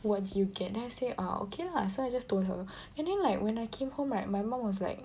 what do you get then I say ah okay lah so I just told her and then like when I came home right my mum was like